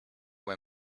were